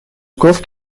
گفت